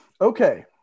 Okay